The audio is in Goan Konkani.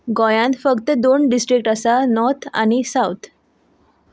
गोंयान फक्त दोन डिस्ट्रिक्ट आसा नोर्थ आनी सावथ